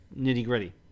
nitty-gritty